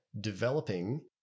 developing